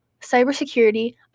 cybersecurity